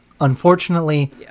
unfortunately